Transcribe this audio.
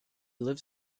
lives